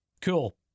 Cool